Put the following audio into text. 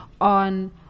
on